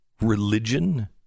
religion